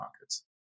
markets